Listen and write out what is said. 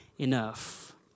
enough